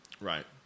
Right